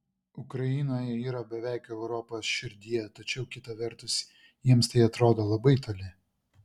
ukrainoje yra beveik europos širdyje tačiau kita vertus jiems tai atrodo labai toli